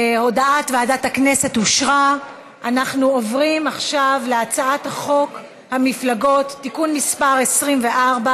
ועדת הכנסת להעביר את הצעת חוק לצמצום השימוש במזומן,